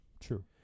true